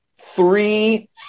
three